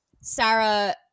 Sarah